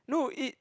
no it